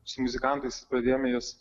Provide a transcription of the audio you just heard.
su muzikantais pradėjome juos